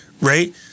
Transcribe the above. right